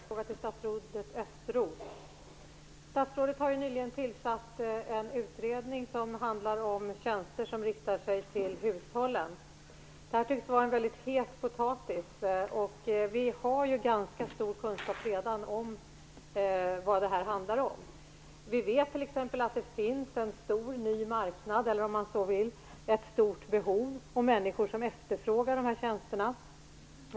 Fru talman! Jag vill ställa en fråga till statsrådet Statsrådet har nyligen tillsatt en utredning som handlar om tjänster som riktar sig till hushållen. Detta tycks vara en het potatis. Vi har redan ganska stor kunskap om vad det här handlar om. Vi vet t.ex. att det finns en stor, ny marknad eller, om man så vill, ett stort behov, där människor efterfrågar de här tjänsterna.